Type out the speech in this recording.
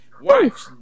watch